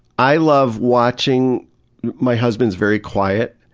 i love watching my husband's very quiet,